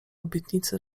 obietnicy